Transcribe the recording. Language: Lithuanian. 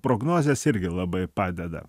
prognozės irgi labai padeda